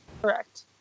Correct